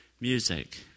Music